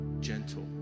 gentle